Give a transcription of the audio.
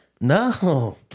no